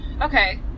Okay